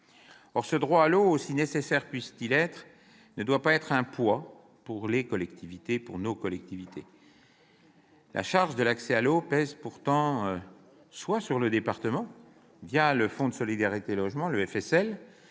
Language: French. Or ce droit à l'eau, si nécessaire puisse-t-il être, ne doit pas être un poids pour nos collectivités territoriales. La charge de l'accès à l'eau pèse pourtant soit sur le département le Fonds de solidarité pour le